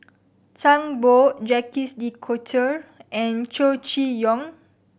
Zhang Bohe Jacques De Coutre and Chow Chee Yong